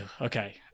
Okay